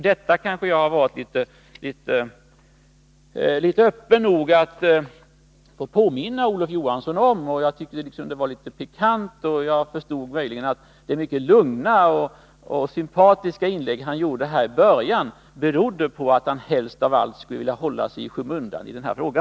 Detta har jag varit öppen nog att påminna Olof Johansson om, eftersom jag tyckte att det var litet pikant. Jag förstod att det lugna och sympatiska inlägg som Olof Johansson gjorde i början av debatten berodde på att han helst av allt ville hålla sig i skymundan i denna fråga.